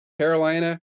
Carolina